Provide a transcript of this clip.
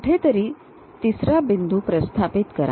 तर कुठेतरी तिसरा बिंदू प्रस्थापित करा